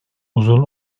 uzun